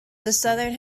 southern